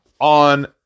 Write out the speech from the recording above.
on